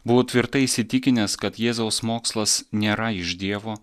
buvo tvirtai įsitikinęs kad jėzaus mokslas nėra iš dievo